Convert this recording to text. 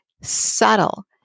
subtle